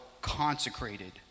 consecrated